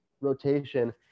rotation